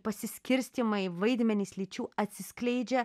pasiskirstymai vaidmenys lyčių atsiskleidžia